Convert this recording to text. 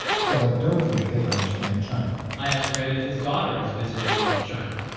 so i don't think they understand china i ask ren if his daughter has visited rural china.